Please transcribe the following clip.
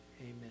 amen